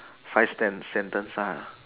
five stan sentence ah